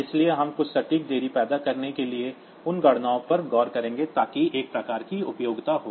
इसलिए हम कुछ सटीक देरी पैदा करने के लिए उन गणनाओं पर गौर करेंगे ताकि एक प्रकार की उपयोगिता हो